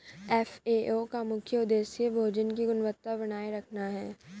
FAO का मुख्य उदेश्य भोजन की गुणवत्ता बनाए रखना है